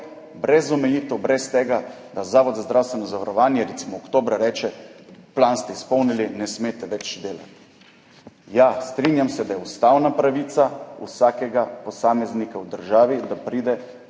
brez omejitev, brez tega, da Zavod za zdravstveno zavarovanje recimo oktobra reče, plan ste izpolnili, ne smete več delati. Ja, strinjam se, da je ustavna pravica vsakega posameznika v državi, da pride